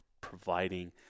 providing